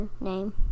name